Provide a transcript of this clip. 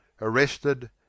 arrested